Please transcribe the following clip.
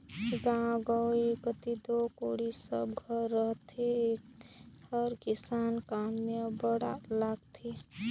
गाँव गंवई कती दो कोड़ी सब घर रहथे एहर किसानी काम मे अब्बड़ लागथे